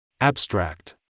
Abstract